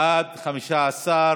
בעד, 15,